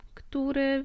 który